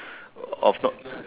of not